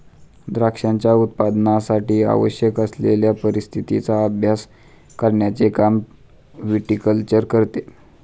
द्राक्षांच्या उत्पादनासाठी आवश्यक असलेल्या परिस्थितीचा अभ्यास करण्याचे काम विटीकल्चर करते